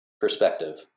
perspective